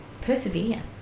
persevere